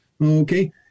okay